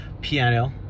piano